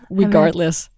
regardless